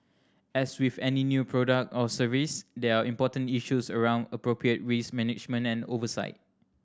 as with any new product or service there are important issues around appropriate risk management and oversight